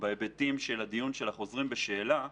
בהיבטים של החוזרים בשאלה.